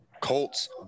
Colts